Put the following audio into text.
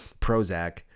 Prozac